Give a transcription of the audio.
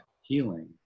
healing